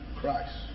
Christ